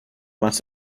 must